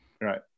Right